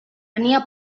tenia